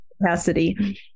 capacity